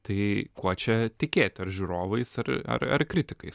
tai kuo čia tikėti ar žiūrovais ar ar ar kritikais